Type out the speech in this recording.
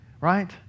right